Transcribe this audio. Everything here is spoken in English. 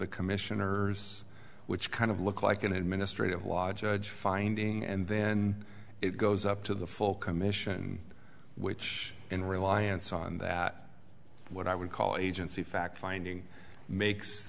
the commissioners which kind of looked like an administrative law judge finding and then it goes up to the full commission which in reliance on that what i would call agency fact finding makes